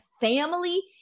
family